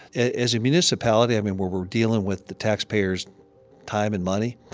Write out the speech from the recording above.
as a municipality, i mean, we're we're dealing with the taxpayers' time and money.